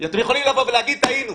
אתם יכולים לבוא ולהגיד: טעינו.